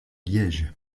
liège